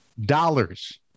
dollars